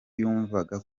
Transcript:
yumvaga